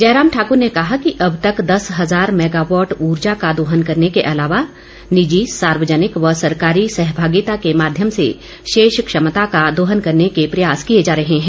जयंराम ठाकुर ने कहा कि अब तक दस हजार मैगावॉट ऊर्जा का दोहन करने के अलावा निजी सार्वजनिक व सरकारी सहभागिता के माध्यम से शेष क्षमता का दोहन करने के प्रयास किए जा रहे हैं